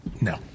No